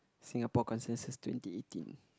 Singapore consensus twenty eighteen